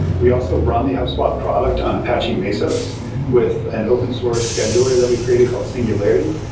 we also run the hubspot product on apache mesos with an open source scheduler that we created called singularity,